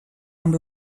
amb